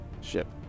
ship